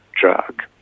drug